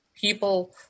people